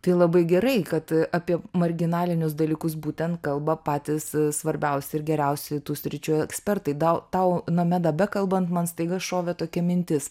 tai labai gerai kad apie marginalinius dalykus būtent kalba patys svarbiausi ir geriausi tų sričių ekspertai dau tau nomeda bekalbant man staiga šovė tokia mintis